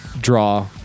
draw